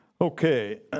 Okay